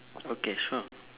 okay sure